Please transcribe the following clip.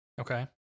Okay